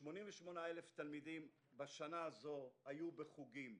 ו-88,000 תלמידים בשנה זו היו בחוגים.